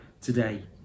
today